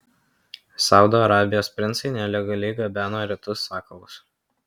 saudo arabijos princai nelegaliai gabeno retus sakalus